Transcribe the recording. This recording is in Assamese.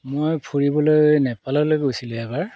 মই ফুৰিবলৈ নেপাললৈ গৈছিলোঁ এবাৰ